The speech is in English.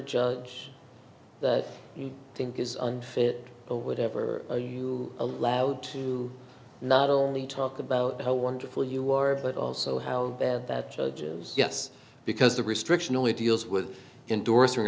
judge that you think is unfit or whatever are you allowed to not only talk about how wonderful you were but also how bad that judges yes because the restriction only deals with endorsing